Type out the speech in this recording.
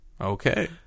okay